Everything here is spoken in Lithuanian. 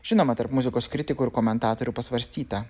žinoma tarp muzikos kritikų ir komentatorių pasvarstyta